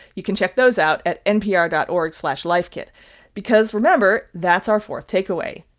you can check those out at npr dot org slash lifekit because remember, that's our fourth takeaway.